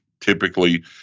typically